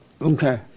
Okay